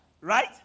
right